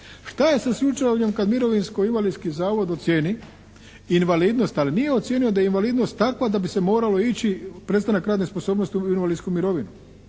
šta je sa slučajem kad mirovinsko invalidski zavod ocijeni invalidnost ali nije ocijenio da je invalidnost takva da bi se moralo ići u prestanak radne sposobnosti u invalidsku mirovinu